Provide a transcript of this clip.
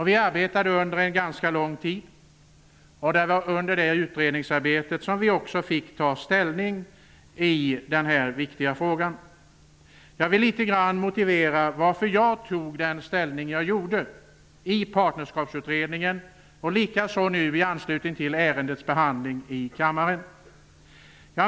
Vi arbetade under ganska lång tid, och det var under det utredningsarbetet som vi fick ta ställning i den här viktiga frågan. Jag vill litet grand motivera varför jag tog ställning som jag gjorde i Partnerskapsutredningen och likaså nu i anslutning till ärendets behandling i kammaren.